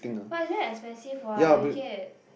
but is very expensive what Wicked